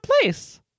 place